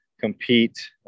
compete